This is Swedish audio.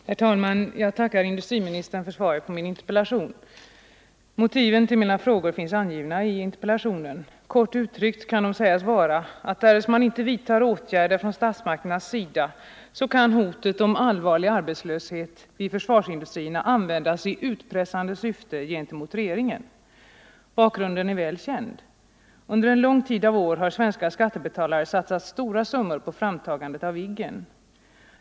Herr talman! Jag tackar industriministern för svaret på min interpellation. Motiven till mina frågor finns angivna i interpellationen. Kort uttryckt kan de sägas vara, att därest åtgärder inte vidtas från statsmakternas sida kan hotet om allvarlig arbetslöshet vid försvarsindustrierna användas i utpressande syfte gentemot regeringen. Bakgrunden är väl känd. Under en lång tid av år har svenska skattebetalare satsat stora summor på framtagandet av Viggen.